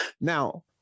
Now